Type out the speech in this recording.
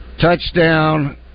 touchdown